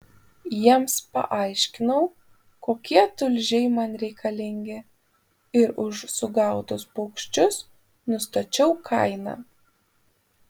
jiems paaiškinau kokie tulžiai man reikalingi ir už sugautus paukščius nustačiau kainą